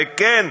וכן,